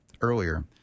earlier